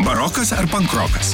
barokas ar pankrokas